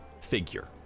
figure